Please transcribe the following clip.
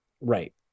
right